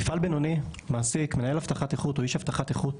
מפעל בינוני מעסיק מנהל הבטחת איכות או איש הבטחת איכות,